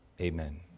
Amen